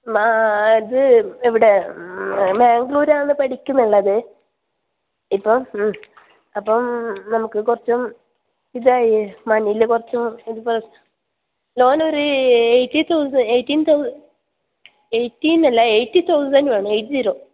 മാം അത് ഇവിടെ ബാംഗ്ലൂരാണ് പഠിക്കുന്നുള്ളത് ഇപ്പോൾ അപ്പം നമുക്കും കുറച്ച് ഇതായി മണ്ണിലും കുറച്ചും പ്ര ലോണൊരു എയിറ്റി എയിറ്റിൻ തൗസൻഡ് എയിറ്റിൻ അല്ല എയിറ്റി തൗസൻഡ് ആണ് എയിറ്റ് സീറോ